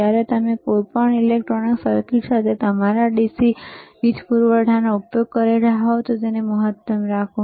જ્યારે તમે કોઈપણ ઈલેક્ટ્રોનિક સર્કિટ સાથે તમારા DC વીજ પૂરવઠાનો ઉપયોગ કરી રહ્યાં હોવ તો તેને મહત્તમ રાખો